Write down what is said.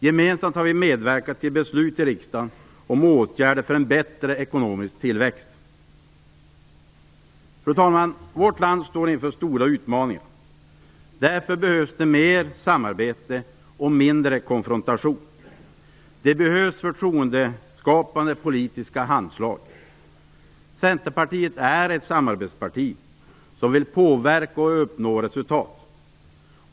Gemensamt har vi medverkat till beslut i riksdagen om åtgärder för en bättre ekonomisk tillväxt. Fru talman! Vårt land står inför stora utmaningar. Därför behövs det mer samarbete och mindre konfrontation. Det behövs förtroendeskapande politiska handslag. Centerpartiet är ett samarbetsparti som vill påverka och uppnå resultat.